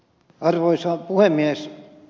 arvoisa puhemies